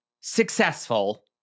successful